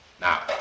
Now